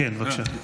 בבקשה.